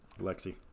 Lexi